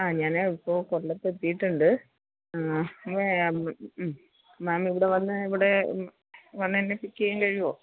ആ ഞാന് ഇപ്പോള് കൊല്ലത്തെത്തിയിട്ടുണ്ട് മ്മ് മേം ഇവിടെ വന്ന് ഇവിടേ വന്നെന്നെ പിക്കെയ്യാൻ കഴിയോ